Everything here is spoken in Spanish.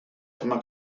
forma